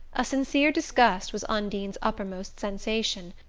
a sincere disgust was undine's uppermost sensation.